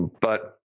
But-